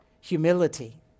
humility